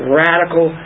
radical